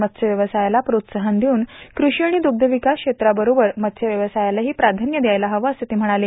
मत्स्य व्यवसायाला प्रोत्साहन देऊन कृषी आणि द्रग्धविकास क्षेत्राबरोबरच मत्स्य व्यवसायालाही प्राधान्य द्यायला हवे असे ते म्हणाले